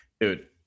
Dude